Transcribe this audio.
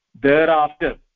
Thereafter